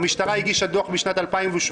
המשטרה הגישה דוח בשנת 2017,